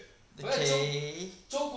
okay